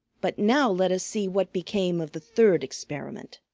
but now let us see what became of the third experiment.